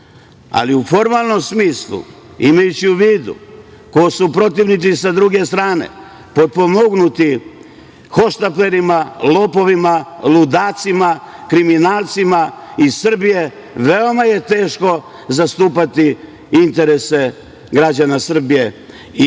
ali u formalnom smislu, imajući u vidu ko su protivnici sa druge strane, potpomognuti hohštaplerima, lopovima, ludacima, kriminalcima iz Srbije, veoma je teško zastupati interese građana Srbije.